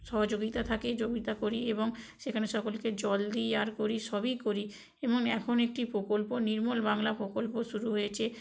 সহযোগিতা থাকে করি এবং সেখানে সকলকে জল দিই আর করি সবই করি এবং এখন একটি প্রকল্প নির্মল বাংলা প্রকল্প শুরু হয়েছে